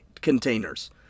containers